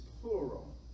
plural